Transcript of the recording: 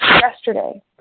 yesterday